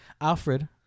Alfred